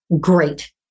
great